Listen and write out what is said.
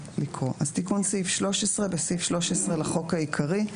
תיקון סעיף 13 בסעיף 13 לחוק העיקרי,